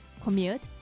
commute